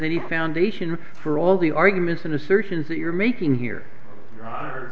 any foundation for all the arguments and assertions that you're making here